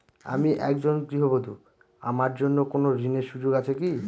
আমি একজন গৃহবধূ আমার জন্য কোন ঋণের সুযোগ আছে কি?